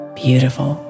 beautiful